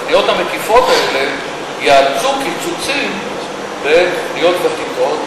התוכניות המקיפות האלה יאלצו קיצוצים בתוכניות ותיקות,